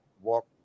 walk